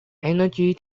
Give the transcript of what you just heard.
emergency